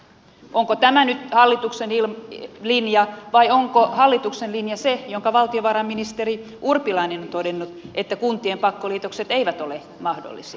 onko tämä nyt hallituksen linja vai onko hallituksen linja se jonka valtiovarainministeri urpilainen on todennut että kuntien pakkoliitokset eivät ole mahdollisia